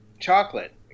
chocolate